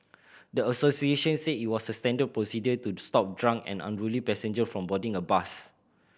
the associations said it was standard procedure to stop drunk or unruly passenger from boarding a bus